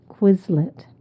Quizlet